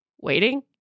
waiting